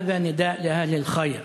(אומר דברים בשפה הערבית,